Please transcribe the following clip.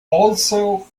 also